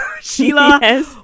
Sheila